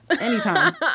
Anytime